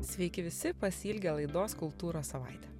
sveiki visi pasiilgę laidos kultūros savaitė